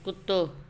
कुतो